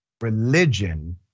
religion